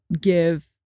give